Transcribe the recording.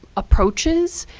approaches